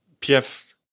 PF